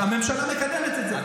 הכנסת מקדמת את זה.